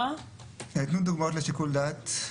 תתני דוגמאות לשיקול דעת.